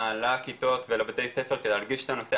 לכיתות ולבתי ספר כדי להדגיש את הנושא,